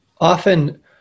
often